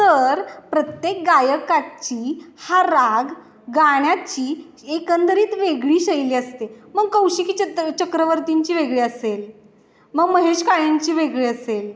तर प्रत्येक गायकाची हा राग गाण्याची एकंदरीत वेगळी शैली असते मग कौशिकी चत चक्रवर्तींची वेगळी असेल मग महेश काळेंची वेगळी असेल